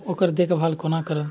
तऽ ओकर देखभाल कोना करब